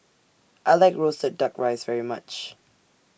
I like Roasted Duck Rice very much